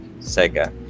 Sega